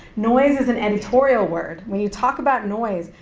noise is an editorial word. when you talk about noise,